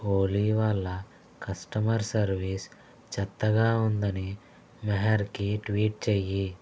ఓలీ వాళ్ళ customer service చెత్తగా ఉందని మెహర్కి ట్వీట్ చెయ్యి